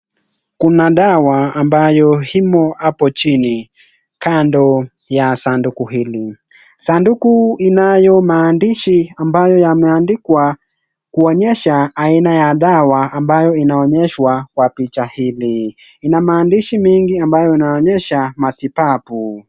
Kuna dawa ambayo himo hapo chini kando ya sanduku hili, sanduku inayomaandishi ambayo yameandikwa kuonyesha aina ya dawa ambayo inaonyeshwa kwa picha hili. Inamaandishi mingi ambayo inaonyesha matibabu.